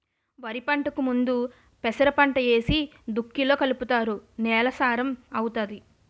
వరిపంటకు ముందు పెసరపంట ఏసి దుక్కిలో కలుపుతారు నేల సారం అవుతాది